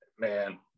Man